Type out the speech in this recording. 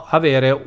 avere